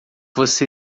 você